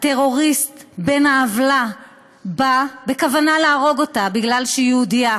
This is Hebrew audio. הטרוריסט בן העוולה בא בכוונה להרוג אותה משום שהיא יהודייה.